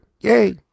Yay